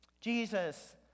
Jesus